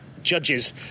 judges